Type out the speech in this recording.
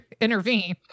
intervene